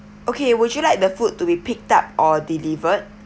okay would you like the food to be picked up or delivered